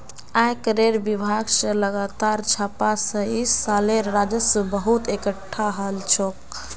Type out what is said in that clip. आयकरेर विभाग स लगातार छापा स इस सालेर राजस्व बहुत एकटठा हल छोक